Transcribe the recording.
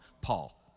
Paul